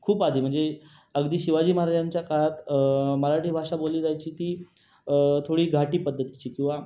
खूप आधी म्हणजे अगदी शिवाजी महाराजांच्या काळात मराठी भाषा बोलली जायची ती थोडी घाटी पद्धतीची किंवा